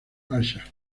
marshall